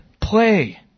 Play